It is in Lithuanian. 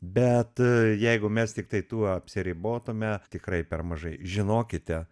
bet jeigu mes tiktai tuo apsiribotume tikrai per mažai žinokite